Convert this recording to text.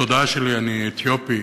בתודעה שלי אני אתיופי,